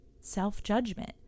self-judgment